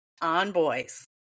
onboys